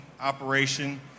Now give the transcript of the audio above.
operation